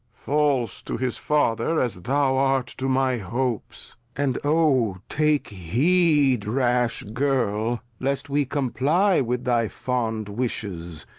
false to his father, as thou art to my hopes and, oh! take heed, rash girl, lest we comply with thy fond wishes,